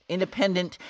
independent